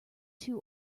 too